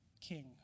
king